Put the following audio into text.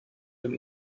dem